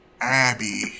Abby